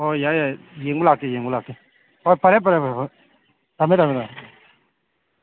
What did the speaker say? ꯍꯣꯏ ꯍꯣꯏ ꯌꯥꯏ ꯌꯥꯏ ꯌꯦꯡꯕ ꯂꯥꯛꯀꯦ ꯌꯦꯡꯕ ꯂꯥꯛꯀꯦ ꯍꯣꯏ ꯐꯔꯦ ꯐꯔꯦ ꯐꯔꯦ ꯍꯣꯏ ꯊꯝꯃꯦ ꯊꯝꯃꯦ ꯊꯃꯃꯦ